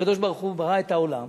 כשהקדוש-ברוך-הוא ברא את העולם